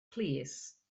plîs